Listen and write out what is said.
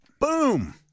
Boom